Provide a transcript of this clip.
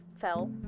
fell